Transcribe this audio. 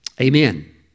amen